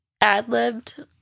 ad-libbed